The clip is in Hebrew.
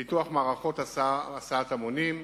פיתוח מערכות הסעת המונים,